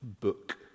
book